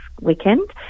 weekend